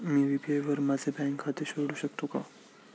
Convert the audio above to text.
मी UPI वर माझे bank खाते जोडू शकतो का?